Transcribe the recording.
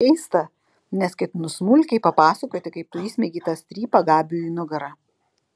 keista nes ketinu smulkiai papasakoti kaip tu įsmeigei tą strypą gabiui į nugarą